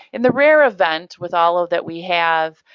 in the rare event, with all ah that we have,